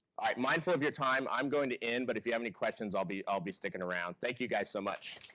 mindful of your time, i'm going to end, but if you have any questions, i'll be i'll be sticking around. thank you guys so much.